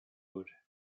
wood